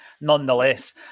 nonetheless